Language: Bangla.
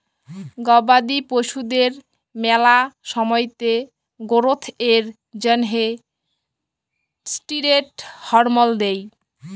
গবাদি পশুদের ম্যালা সময়তে গোরোথ এর জ্যনহে ষ্টিরেড হরমল দেই